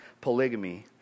polygamy